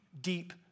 deep